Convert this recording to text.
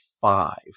five